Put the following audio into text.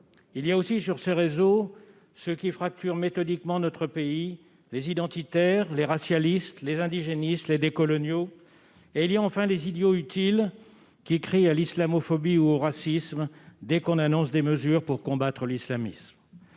Il y a aussi sur ces réseaux ceux qui fracturent méthodiquement notre pays : les identitaires, les racialistes, les indigénistes, les décoloniaux. Il y a enfin les idiots utiles qui crient à l'islamophobie ou au racisme dès qu'on annonce des mesures pour combattre l'islamisme.